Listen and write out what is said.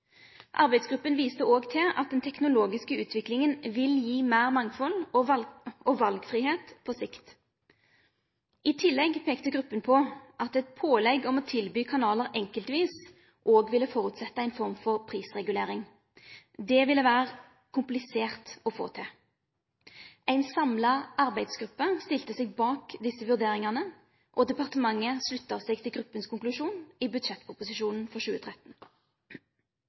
viste òg til at den teknologiske utviklinga vil gi meir mangfald og valfridom på sikt. I tillegg peikte gruppa på at eit påbod om å tilby kanalar enkeltvis òg ville ha som føresetnad ei form for prisregulering. Det ville vere komplisert å få til. Ei samla arbeidsgruppe stilte seg bak desse vurderingane, og departementet slutta seg til gruppas konklusjon i budsjettproposisjonen for 2013.